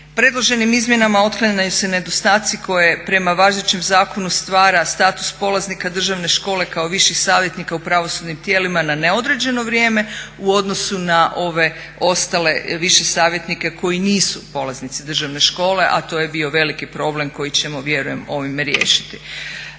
Predloženim izmjenama otklanjaju se nedostaci koje prema važećem zakonu stvara status polaznika Državne škole kao viših savjetnika u pravosudnim tijelima na neodređeno vrijeme u odnosu na ove ostale više savjetnike koji nisu polaznici Državne škole, a to je bio veliki problem koji ćemo vjerujem ovim riješiti.